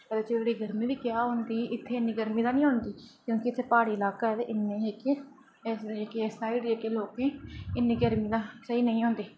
गर्मी बी क्या होंदी इत्थै इन्नी गर्मी तां नि होंदी क्योंकि इत्थै प्हाड़ी लाका ऐ एह्दे इन्ने जेह्के इस साइड जेह्की लोकें ई इन्नी गर्मी सेही नेईं होंदी